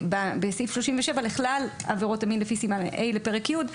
בסעיף 37 הפנינו לכלל עבירות המין לפי סעיף ה' לפרק י'